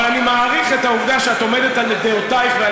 אבל אני מעריך את העובדה שאת עומדת על דעותייך ועל